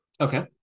okay